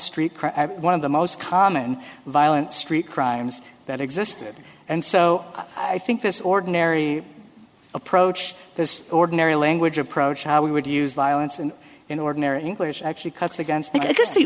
crime one of the most common violent street crimes that exists and so i think this ordinary approach this ordinary language approach how we would use violence and in ordinary english actually cuts against the just the